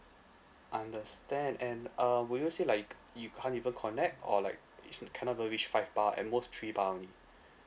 understand and um would you say like you can't even connect or like is cannot even reach five bar at most three bar only